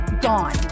gone